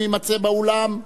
אם יימצא באולם.